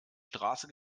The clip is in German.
straße